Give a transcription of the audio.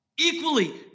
equally